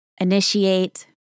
initiate